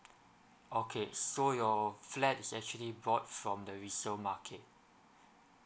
okay so your flat is actually bought from the resale market